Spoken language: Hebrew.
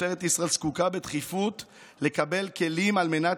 משטרת ישראל זקוקה בדחיפות לקבל כלים על מנת